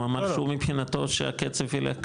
הוא אמר שהוא מבחינתו שהקצב ילך,